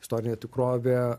istorinė tikrovė